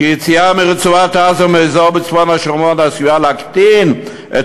שיציאה מרצועת-עזה ומאזור בצפון השומרון עשויה להקטין את